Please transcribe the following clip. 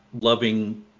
loving